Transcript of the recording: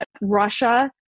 Russia